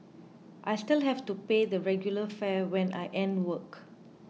I still have to pay the regular fare when I end work